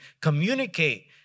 communicate